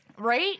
Right